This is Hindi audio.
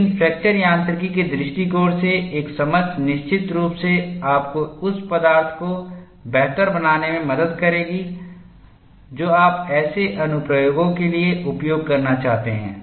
लेकिन फ्रैक्चर यांत्रिकी के दृष्टिकोण से एक समझ निश्चित रूप से आपको उस पदार्थ को बेहतर बनाने में मदद करेगी जो आप ऐसे अनुप्रयोगों के लिए उपयोग करना चाहते हैं